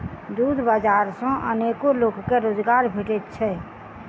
दूध बाजार सॅ अनेको लोक के रोजगार भेटैत छै